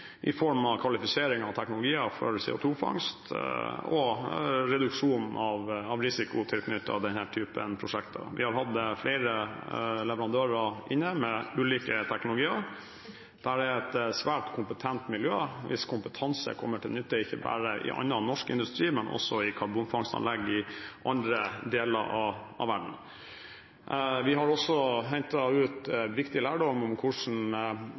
i form av kvalifisering av teknologier for CO2-fangst og reduksjon av risiko tilknyttet denne typen prosjekter. Vi har hatt flere leverandører inne med ulike teknologier der det er et svært kompetent miljø, hvis kompetanse kommer til nytte ikke bare i annen norsk industri, men også i karbonfangstanlegg i andre deler av verden. Vi har også hentet ut viktig lærdom om